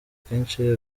kenshi